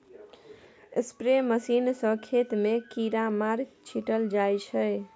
spray machine सँ खेत मे कीरामार छीटल जाइ छै